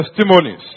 testimonies